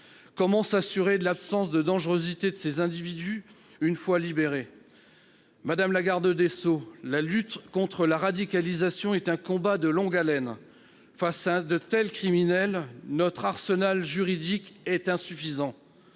Comment s'assurer de l'absence de dangerosité de ces individus une fois libérés ? Madame la garde des sceaux, la lutte contre la radicalisation est un combat de longue haleine. Face à de tels criminels, notre arsenal juridique est insuffisant.